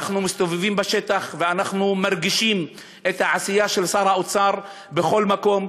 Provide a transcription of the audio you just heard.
אנחנו מסתובבים בשטח ואנחנו מרגישים את העשייה של שר האוצר בכל מקום.